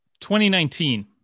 2019